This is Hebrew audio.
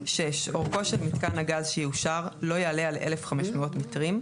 (6)אורכו של מיתקן הגז שיאושר לא יעלה על 1,500 מטרים,